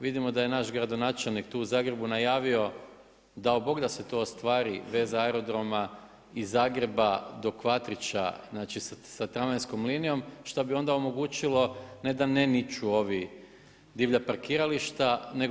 Vidimo da je naš gradonačelnik tu u Zagrebu najavio dao Bog da se to ostvari veza aerodroma i Zagreba do Kvatrića, znači sa tramvajskom linijom što bi onda omogućilo ne da ne niču ova divlja parkirališta nego